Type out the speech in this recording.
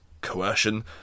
coercion